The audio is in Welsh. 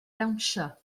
dawnsio